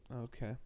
Okay